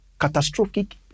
catastrophic